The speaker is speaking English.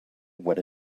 what